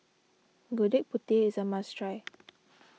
Gudeg Putih is a must try